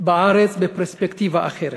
בארץ בפרספקטיבה אחרת.